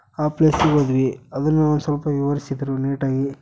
ಆ ಪ್ಲೇಸಿಗೆ ಹೋದ್ವಿ ಅದನ್ನು ಸ್ವಲ್ಪ ವಿವರಿಸಿದ್ರು ನೀಟಾಗಿ